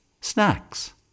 snacks